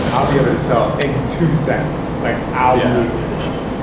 and i'll be able to tell in two seconds. like i'll be and able to know.